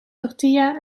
tortilla